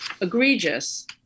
egregious